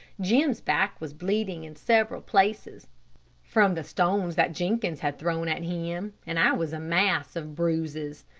jim's back was bleeding in several places from the stones that jenkins had thrown at him, and i was a mass of bruises.